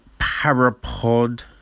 Parapod